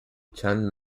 chand